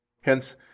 Hence